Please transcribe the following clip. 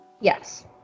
Yes